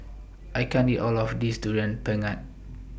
I can't eat All of This Durian Pengat